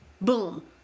boom